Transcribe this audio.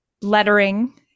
lettering